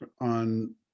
on